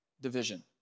division